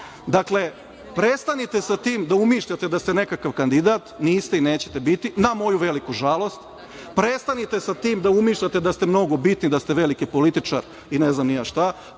prestanite sa tim da umišljate da ste nekakav kandidat. Niste i nećete biti, na moju veliku žalost, prestanite sa tim da umišljate da mnogo bitni, da ste veliki političar i ne znam ni ja šta.